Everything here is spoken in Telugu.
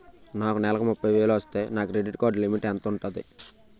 నాకు నెలకు ముప్పై వేలు వస్తే నా క్రెడిట్ కార్డ్ లిమిట్ ఎంత ఉంటాది?